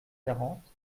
quarante